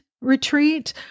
retreat